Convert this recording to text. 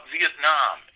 Vietnam